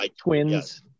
twins